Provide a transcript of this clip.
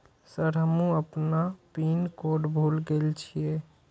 Sir हमू अपना pin code भूल गेल जीये?